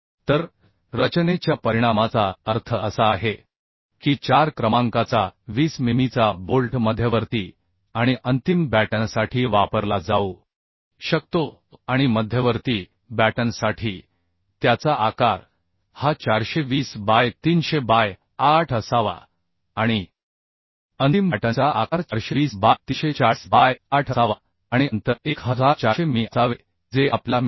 तर रचनेच्या परिणामाचा अर्थ असा आहे की 4 क्रमांकाचा 20 मिमीचा बोल्ट मध्यवर्ती आणि अंतिम बॅटनसाठी वापरला जाऊ शकतो आणि मध्यवर्ती बॅटनसाठी त्याचा आकार हा 420 बाय 300 बाय 8 असावा आणि अंतिम बॅटनचा आकार 420 बाय 340 बाय 8 असावा आणि अंतर 1400 मिमी असावे जे आपल्याला मिळाले आहे